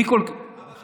זה לא נכון.